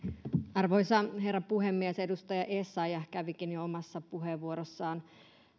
arvoisa herra puhemies edustaja essayah kävikin jo omassa puheenvuorossaan